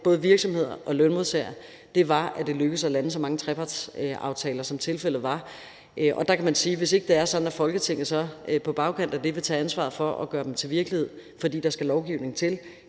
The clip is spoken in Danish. både virksomheder og lønmodtagere, nemlig at det lykkedes at lande så mange trepartsaftaler, som tilfældet var. Og der kan man sige, at hvis ikke det er sådan, at Folketinget så på bagkant af det vil tage ansvar for at gøre dem til virkelighed, fordi der skal lovgivning til,